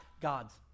God's